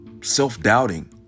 self-doubting